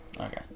okay